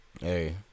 Hey